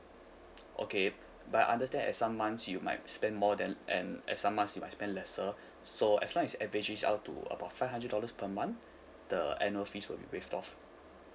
okay but I understand at some months you might spend more than and at some months you might spend lesser so as long as average it out to about five hundred dollars per month the annual fees will be waived off